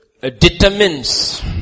determines